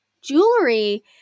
Jewelry